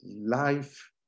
life